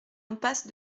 impasse